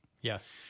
Yes